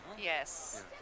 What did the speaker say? Yes